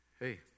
Hey